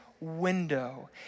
window